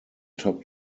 top